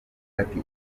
ati